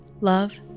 love